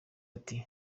ati